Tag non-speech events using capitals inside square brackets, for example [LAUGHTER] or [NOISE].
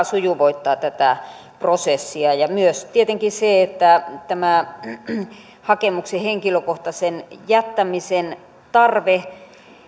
[UNINTELLIGIBLE] sujuvoittaa tätä prosessia ja myös tietenkin se että tämä hakemuksen henkilökohtaisen jättämisen tarve